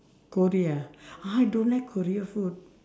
korea ah !huh! I don't like korea food